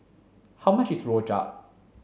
how much is rojak